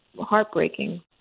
heartbreaking